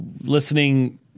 listening